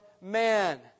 man